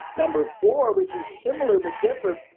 number four which is similar but different,